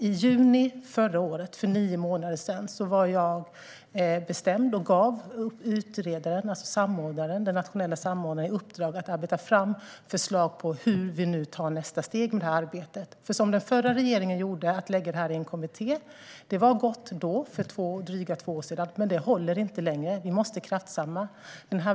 I juni förra året, för nio månader sedan, var jag bestämd och gav utredaren, den nationella samordnaren, i uppdrag att arbeta fram förslag på hur vi tar nästa steg i detta arbete. Det som den förra regeringen gjorde - man lade detta i en kommitté - var gott då, för drygt två år sedan, men det håller inte längre. Vi måste kraftsamla.